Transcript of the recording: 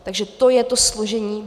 Takže to je to složení.